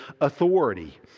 authority